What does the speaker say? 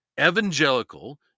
evangelical